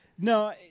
No